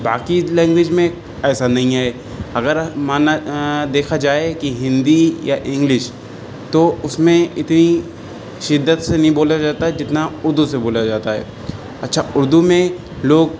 باقی لینگویج میں ایسا نہیں ہے اگر مانا دیکھا جائے کہ ہندی یا انگلش تو اس میں اتنی شدت سے نہیں بولا جاتا جتنا اردو سے بولا جاتا ہے اچھا اردو میں لوگ